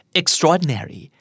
extraordinary